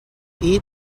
eat